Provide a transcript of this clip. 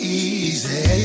easy